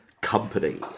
Company